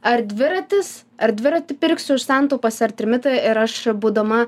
ar dviratis ar dviratį pirksiu už santaupas ar trimitą ir aš būdama